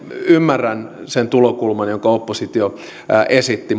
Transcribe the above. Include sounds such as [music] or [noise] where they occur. ymmärrän sen tulokulman jonka oppositio esitti [unintelligible]